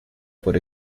por